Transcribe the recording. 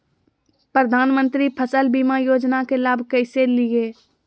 प्रधानमंत्री फसल बीमा योजना के लाभ कैसे लिये?